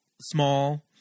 small